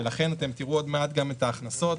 ולכן אתם תראו עוד מעט גם את ההכנסות.